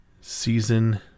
season